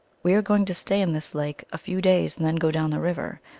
we are going to stay in this lake a few days, and then go down the river.